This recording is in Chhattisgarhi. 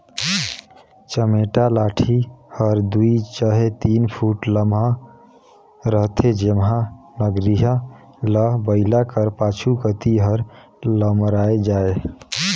चमेटा लाठी हर दुई चहे तीन फुट लम्मा रहथे जेम्हा नगरिहा ल बइला कर पाछू कती हर लमराए जाए